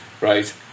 Right